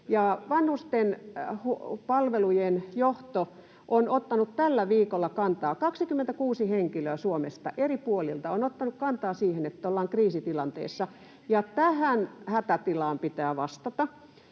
Vanhusten palvelujen johto on ottanut tällä viikolla kantaa, 26 henkilöä Suomesta eri puolilta on ottanut kantaa siihen, että ollaan kriisitilanteessa, ja tähän hätätilaan pitää vastata.